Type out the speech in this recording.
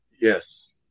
Yes